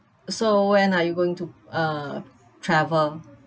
so when are you going to uh travel